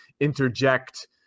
interject